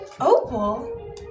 Opal